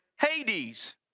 Hades